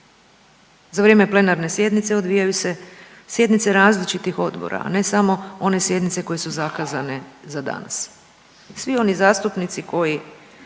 Za vrijeme plenarne sjednice odvijaju se sjednice različitih odbora, a ne samo one sjednice koje su zakazane za danas. Svi oni zastupnici koji